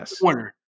corner